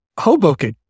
Hoboken